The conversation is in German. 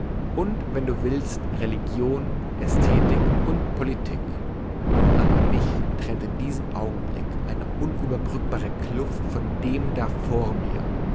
und wenn du willst religion ästhetik und politik aber mich trennt in diesem augenblick eine unüberbrückbare kluft von dem da vor mir